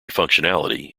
functionality